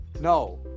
no